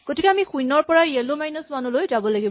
গতিকে আমি শূণ্যৰ পৰা য়েল' মাইনাচ ৱান লৈ যাব লাগিব